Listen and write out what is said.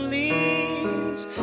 leaves